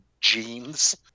jeans